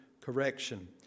correction